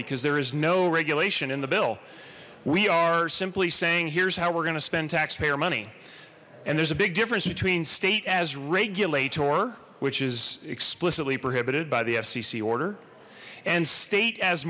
because there is no regulation in the bill we are simply saying here's how we're gonna spend taxpayer money and there's a big difference between state as regulate or which is explicitly prohibited by the fcc order and state as